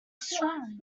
strong